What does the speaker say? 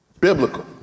biblical